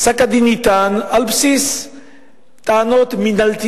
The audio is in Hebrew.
פסק-הדין ניתן על בסיס טענות מינהליות